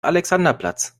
alexanderplatz